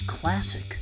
Classic